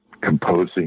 composing